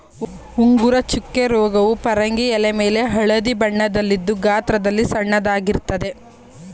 ಉಂಗುರ ಚುಕ್ಕೆ ರೋಗವು ಪರಂಗಿ ಎಲೆಮೇಲೆ ಹಳದಿ ಬಣ್ಣದಲ್ಲಿದ್ದು ಗಾತ್ರದಲ್ಲಿ ಸಣ್ಣದಾಗಿರ್ತದೆ